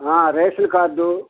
ration card